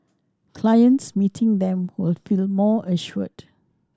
clients meeting them will feel more assured